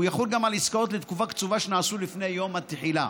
והוא יחול גם על עסקאות לתקופה קצובה שנעשו לפני יום התחילה.